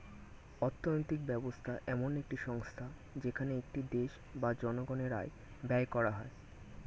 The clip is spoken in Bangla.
অর্থনৈতিক ব্যবস্থা এমন একটি সংস্থা যেখানে একটি দেশ বা জনগণের আয় ব্যয় করা হয়